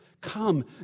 Come